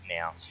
now